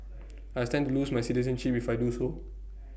I stand to lose my citizenship if I do so